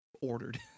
ordered